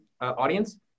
audience